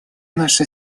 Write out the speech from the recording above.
наши